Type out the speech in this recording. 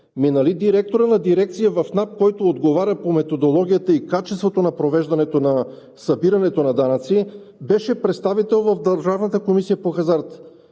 Нали директор на дирекция в НАП, който отговаря по методологията и качеството на провеждането на събирането на данъци, беше представител в Държавната комисия по хазарта?